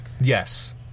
yes